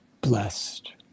blessed